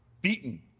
beaten